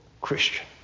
Christian